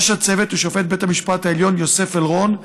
ראש הצוות הוא שופט בית המשפט העליון יוסף אלרון,